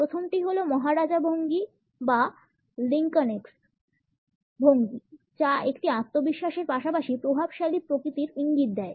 প্রথমটি হল মহারাজা ভঙ্গি বা লিঙ্কনেস্ক ভঙ্গি যা একটি আত্মবিশ্বাসের পাশাপাশি প্রভাবশালী প্রকৃতির ইঙ্গিত দেয়